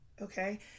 Okay